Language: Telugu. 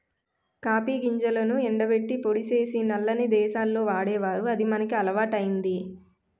కాపీ గింజలను ఎండబెట్టి పొడి సేసి సల్లని దేశాల్లో వాడేవారు అది మనకి అలవాటయ్యింది